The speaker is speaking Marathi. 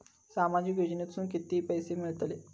सामाजिक योजनेतून किती पैसे मिळतले?